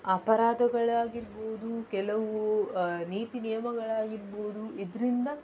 ಅಪರಾಧಗಳಾಗಿರ್ಬೋದು ಕೆಲವು ನೀತಿ ನಿಯಮಗಳಾಗಿರ್ಬೋದು ಇದರಿಂದ